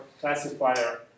classifier